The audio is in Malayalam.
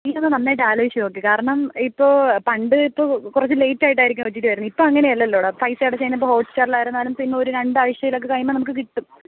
നീയൊന്ന് നന്നായിട്ട് ആലോചിച്ച് നോക്ക് കാരണം ഇപ്പോൾ പണ്ട് ഇപ്പോൾ കുറച്ച് ലേയ്റ്റ് ആയിട്ടായിരിക്കും ഓ റ്റീ റ്റി വരുന്നത് ഇപ്പം അങ്ങനെയല്ലല്ലോടാ പൈസയടച്ച് കഴിഞ്ഞാൽ ഇപ്പോൾ ഹോട്ട്സ്റ്റാറിൽ ആയിരുന്നാലും പിന്നെ ഒരു രണ്ട് ആഴ്ച്ചയിലൊക്കെ കഴിയുമ്പം നമുക്ക് കിട്ടും